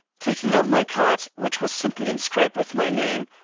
taking out my card, which was simply inscribed with my name,